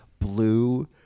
Blue